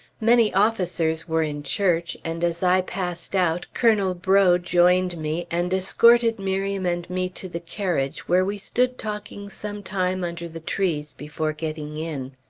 many officers were in church, and as i passed out, colonel breaux joined me, and escorted miriam and me to the carriage, where we stood talking some time under the trees before getting in.